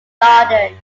garden